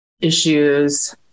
issues